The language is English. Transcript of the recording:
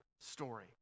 story